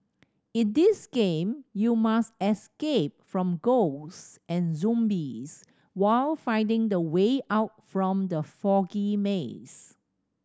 in this game you must escape from ghosts and zombies while finding the way out from the foggy maze